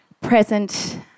present